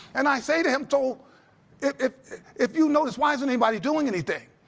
and i say to him, so if if you know this, why isn't anybody doing anything?